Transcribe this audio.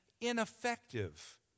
ineffective